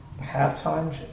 halftime